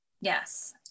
yes